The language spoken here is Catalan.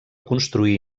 construir